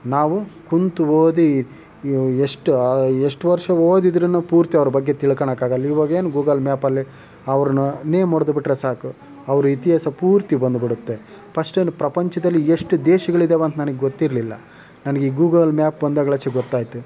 ನಾವು ಕೂತು ಓದಿ ಎಷ್ಟು ಎಷ್ಟು ವರ್ಷ ಓದಿದ್ರೂ ಪೂರ್ತಿ ಅವರ ಬಗ್ಗೆ ತಿಳ್ಕೋಳೋಕ್ಕಾಗೋಲ್ಲ ಇವಾಗೇನು ಗೂಗಲ್ ಮ್ಯಾಪಲ್ಲಿ ಅವ್ರನ್ನು ನೇಮ್ ಹೊಡೆದ್ಬಿಟ್ರೆ ಸಾಕು ಅವ್ರ ಇತಿಹಾಸ ಪೂರ್ತಿ ಬಂದುಬಿಡುತ್ತೆ ಪಸ್ಟ್ ಏನು ಪ್ರಪಂಚದಲ್ಲಿ ಎಷ್ಟು ದೇಶಗಳಿದಾವೆಂತ ನನಗೆ ಗೊತ್ತಿರಲಿಲ್ಲ ನನಗೆ ಈ ಗೂಗಲ್ ಮ್ಯಾಪ್ ಬಂದಾಗಳಿಸಿ ಗೊತ್ತಾಯ್ತು